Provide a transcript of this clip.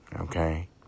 okay